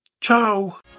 Ciao